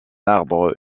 arbre